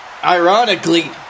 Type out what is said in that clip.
Ironically